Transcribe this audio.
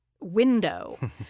window